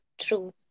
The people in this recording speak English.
True